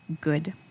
good